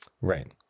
Right